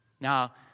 Now